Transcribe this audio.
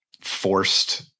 forced